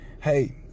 Hey